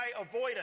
avoidance